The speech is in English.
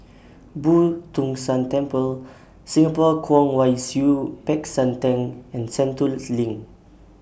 Boo Tong San Temple Singapore Kwong Wai Siew Peck San Theng and Sentul's LINK